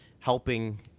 helping